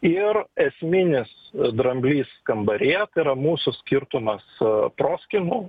ir esminis dramblys kambaryje tai yra mūsų skirtumas proskynų